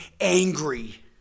angry